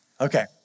Okay